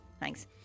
thanks